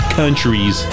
countries